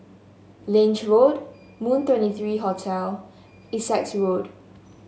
Lange Road Moon Twenty three Hotel Essex Road